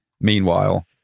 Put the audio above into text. Meanwhile